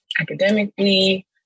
academically